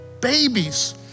babies